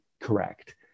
correct